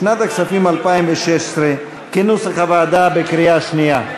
לשנת הכספים 2016, כנוסח הוועדה, בקריאה שנייה.